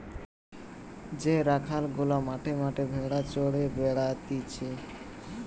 যে রাখাল গুলা মাঠে মাঠে ভেড়া চড়িয়ে বেড়াতিছে